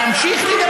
תמשיך לדבר.